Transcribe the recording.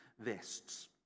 vests